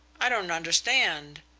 i don't understand.